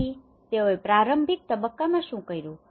તેથી તેઓએ પ્રારંભિક તબક્કામાં શુ કર્યું